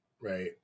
Right